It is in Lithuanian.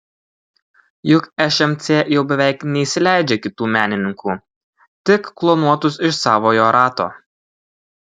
juk šmc jau beveik neįsileidžia kitų menininkų tik klonuotus iš savojo rato